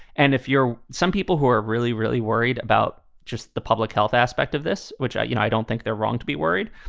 and if you're some people who are really, really worried about just the public health aspect of this, which, you know, i don't think they're wrong to be worried,